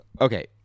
okay